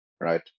right